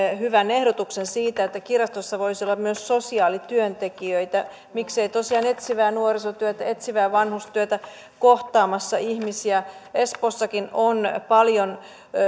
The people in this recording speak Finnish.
hyvän ehdotuksen siitä että kirjastoissa voisi olla myös sosiaalityöntekijöitä miksei tosiaan etsivää nuorisotyötä etsivää vanhustyötä kohtaamassa ihmisiä espoossakin on paljon